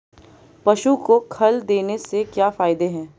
पशु को खल देने से क्या फायदे हैं?